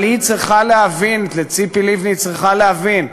אבל היא צריכה להבין, ציפי לבני צריכה להבין: